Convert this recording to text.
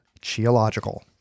geological